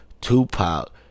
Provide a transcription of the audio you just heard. Tupac